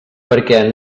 perquè